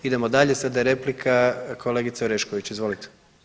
Idemo dalje, sada je replika kolegice Orešković, izvolite.